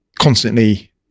constantly